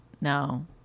No